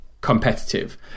competitive